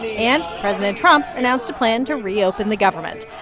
and president trump announced a plan to reopen the government.